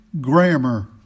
grammar